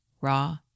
raw